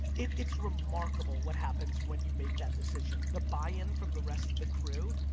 it's remarkable what happens when you make that decision. the buy-in from the rest of the crew,